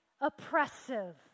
oppressive